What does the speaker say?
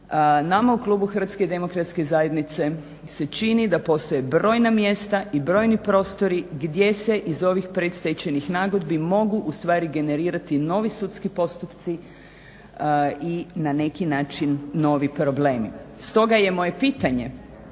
nama u klubu HDZ-a se čini da postoje brojna mjesta i brojni prostori gdje se iz ovih predstečajnih nagodbi mogu ustvari generirati novi sudski postupci i na neki način novi problemi. Stoga je moje pitanje